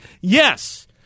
Yes